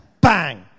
Bang